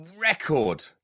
record